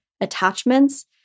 attachments